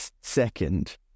second